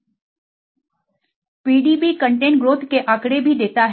PDB content growth के आंकड़े भी देता है